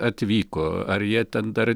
atvyko ar jie ten dar